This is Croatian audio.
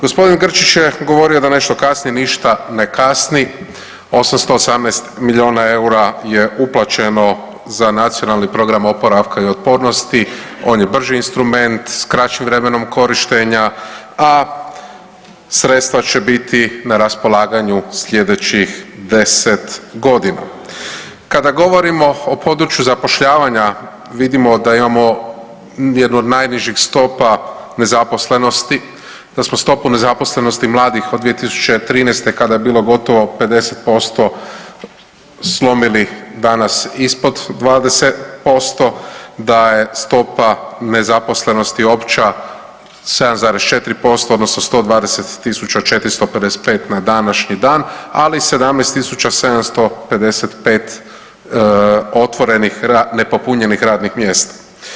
Gospodin Grčić je govorio da nešto kasni, ništa ne kasni, 818 milijuna eura je uplaćeno za NPOO, on je brži instrument s kraćim vremenom korištenja, a sredstva će biti na raspolaganju slijedećih 10.g. Kada govorimo o području zapošljavanja vidimo da imamo jednu od najnižih stopa nezaposlenosti, da smo stopu nezaposlenosti mladih od 2013. kada je bilo gotovo 50% slomili danas ispod 20%, da je stopa nezaposlenosti opća 7,4% odnosno 120.455 na današnji dan, ali 17.755 otvorenih nepopunjenih radnih mjesta.